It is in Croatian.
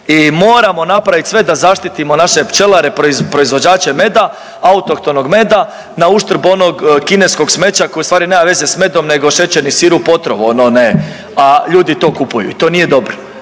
I moramo napraviti sve da zaštitimo naše pčelare, proizvođače meda, autohtonog meda nauštrb onog kineskog smeća koje ustvari nema veze s medom nego šećerni sirup, otrov, ono, ne, a ljudi to kupuju i to nije dobro.